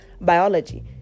biology